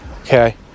okay